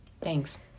Thanks